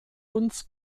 uns